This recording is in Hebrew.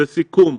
לסיכום,